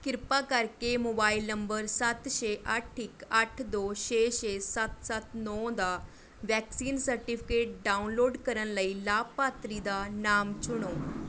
ਕਿਰਪਾ ਕਰਕੇ mobile number ਸੱਤ ਛੇ ਅੱਠ ਇੱਕ ਅੱਠ ਦੋ ਛੇ ਛੇ ਸੱਤ ਸੱਤ ਨੌ ਦਾ ਵੈਕਸੀਨ ਸਰਟੀਫਿਕੇਟ ਡਾਊਨਲੋਡ ਕਰਨ ਲਈ ਲਾਭਪਾਤਰੀ ਦਾ ਨਾਮ ਚੁਣੋ